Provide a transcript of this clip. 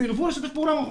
סירבו לשתף פעולה.